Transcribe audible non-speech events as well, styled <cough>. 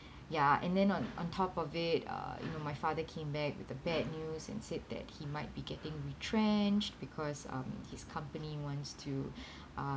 ya and then on on top of it uh you know my father came back with a bad news and said that he might be getting retrenched because um his company wants to <breath> uh